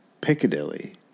Piccadilly